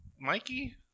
Mikey